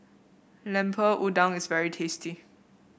Lemper Udang is very tasty